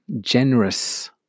generous